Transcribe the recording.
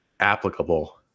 applicable